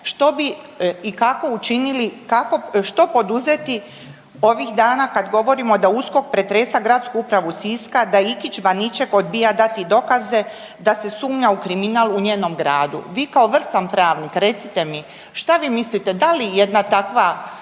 što bi kako učinili kako, što poduzeti ovih dana kad govorimo da USKOK pretresa gradsku upravu Siska, da Ikić Baniček odbija dati dokaze, da se sumnja u kriminal u njenom gradu. Vi kao vrsan pravnik recite mi šta vi mislite da li jedna takva